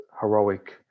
heroic